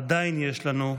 עדיין יש לנו,